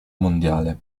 mondiale